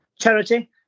charity